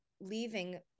leaving